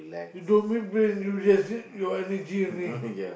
you don't mind bringing you there is it you energy only